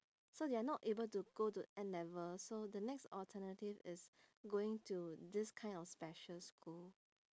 so they are not able to go to N-level so the next alternative is going to this kind of special school